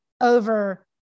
over